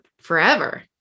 forever